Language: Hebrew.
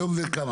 היום זה כמה?